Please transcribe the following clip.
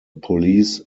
police